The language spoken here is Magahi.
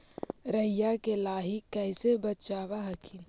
राईया के लाहि कैसे बचाब हखिन?